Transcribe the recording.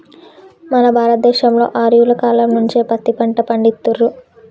మన భారత దేశంలో ఆర్యుల కాలం నుంచే పత్తి పంట పండిత్తుర్రు